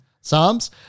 Psalms